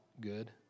good